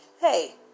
hey